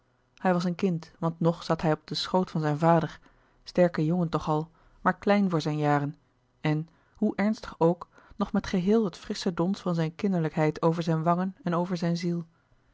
hij was een kind want nog zat hij op den schoot van zijn vader sterke jongen toch al maar louis couperus de boeken der kleine zielen klein voor zijn jaren en hoe ernstig ook nog met geheel het frissche dons van zijn kinderlijkheid over zijn wangen en over zijn ziel